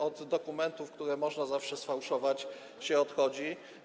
Od dokumentów, które można zawsze sfałszować, się odchodzi.